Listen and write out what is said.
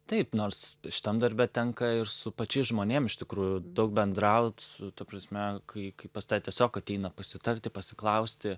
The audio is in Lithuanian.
taip nors šitam darbe tenka ir su pačiais žmonėm iš tikrųjų daug bendraut su ta prasme kai kai pas tave tiesiog ateina pasitarti pasiklausti